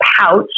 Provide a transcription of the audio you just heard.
pouch